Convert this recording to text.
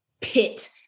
pit